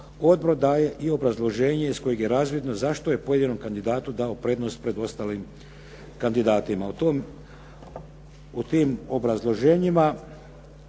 Odbor daje i obrazloženje iz kojeg je razvidno zašto je pojedinom kandidatu dao prednost pred ostalim kandidatima.